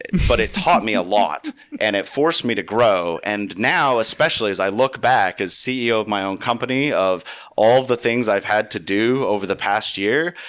but it taught me a lot and it forced me to grow. and now, especially, as i look back at ceo of my own company, of all the things i've had to do over the past year,